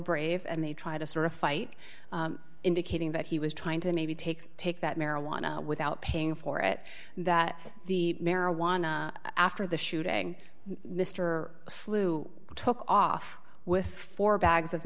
brave and they try to sort of fight indicating that he was trying to maybe take take that marijuana without paying for it that the marijuana after the shooting mr slue took off with four bags of